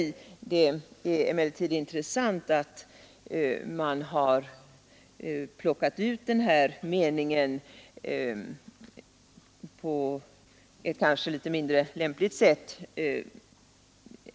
Det är emellertid intressant att notera att man har plockat ut den här meningen på ett kanske mindre lämpligt sätt.